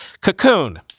Cocoon